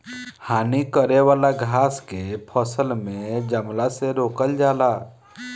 हानि करे वाला घास के फसल में जमला से रोकल जाला